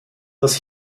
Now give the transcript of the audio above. das